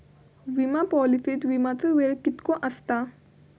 विमा पॉलिसीत विमाचो वेळ कीतको आसता?